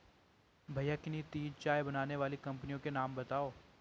भैया किन्ही तीन चाय बनाने वाली कंपनियों के नाम बताओ?